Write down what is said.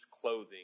clothing